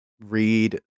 read